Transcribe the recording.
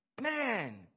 Man